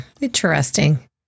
Interesting